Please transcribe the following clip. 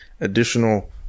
additional